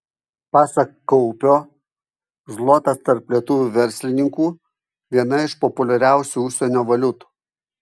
pasak kaupio zlotas tarp lietuvių verslininkų viena iš populiariausių užsienio valiutų